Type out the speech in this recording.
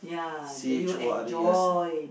C H O R E S ah